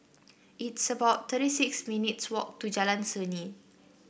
it's about thirty six minutes' walk to Jalan Seni